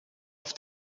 auf